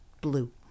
Blue